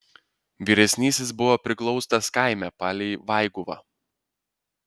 vyresnysis buvo priglaustas kaime palei vaiguvą